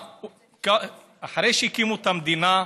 אחרי שהקימו את המדינה,